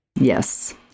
Yes